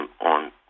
on